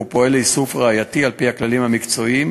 ופועל לאיסוף ראייתי על-פי הכללים המקצועיים